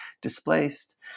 displaced